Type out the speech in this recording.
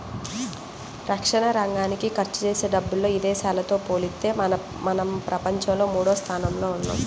రక్షణరంగానికి ఖర్చుజేసే డబ్బుల్లో ఇదేశాలతో పోలిత్తే మనం ప్రపంచంలో మూడోస్థానంలో ఉన్నాం